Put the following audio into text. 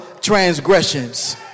transgressions